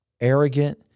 arrogant